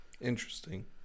Interesting